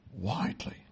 widely